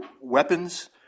weapons